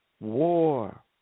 war